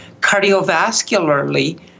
Cardiovascularly